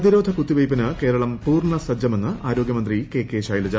പ്രതിരോധ കുത്തിവയ്പിന് കേരളം പൂർണ്ണ സജ്ജമെന്ന് ആരോഗ്യമന്ത്രി കെ കെ ശൈലജ